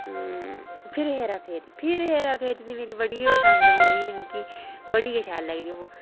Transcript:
फिर हेरा फेरी फिर हेरा फेरी ते मेरी बड़ी गै पसंद मूवी ऐ मिगी बड़ी गै शैल लगदी ओह्